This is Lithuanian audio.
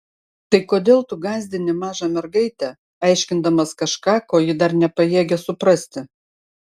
tai kodėl tu gąsdini mažą mergaitę aiškindamas kažką ko ji dar nepajėgia suprasti